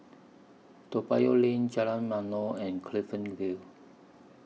Toa Payoh Lane Jalan Ma'mor and Clifton Vale